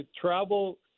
travel